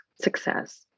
success